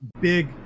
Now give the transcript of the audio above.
big